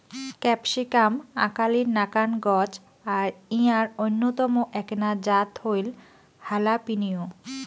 capsicum আকালির নাকান গছ আর ইঞার অইন্যতম এ্যাকনা জাত হইল হালাপিনিও